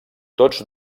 tots